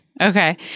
Okay